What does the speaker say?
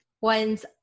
ones